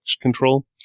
control